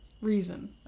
reason